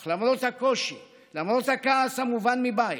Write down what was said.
אך למרות הקושי, למרות הכעס המובן מבית,